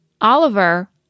Oliver